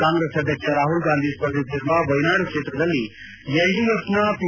ಕಾಂಗ್ರೆಸ್ ಅಧ್ವಕ್ಷ ರಾಹುಲ್ ಗಾಂಧಿ ಸ್ಪರ್ಧಿಸಿರುವ ವಯನಾಡು ಕ್ಷೇತ್ರದಲ್ಲಿ ಎಲ್ಡಿಎಫ್ನ ಪಿ